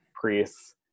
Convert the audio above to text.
priests